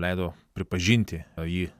leido pripažinti jį